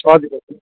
हजुर हजुर